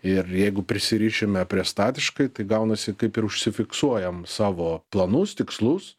ir jeigu prisirišime prie statiškai tai gaunasi kaip ir užsifiksuojam savo planus tikslus